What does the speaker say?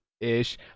ish